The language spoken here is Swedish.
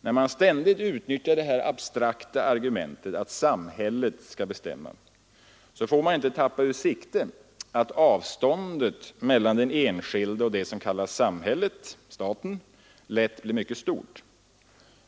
När man ständigt utnyttjar det här abstrakta argumentet att ”samhället” skall bestämma får man inte tappa ur sikte att avståndet mellan den enskilde och det som kallas samhället — staten — lätt blir mycket stort.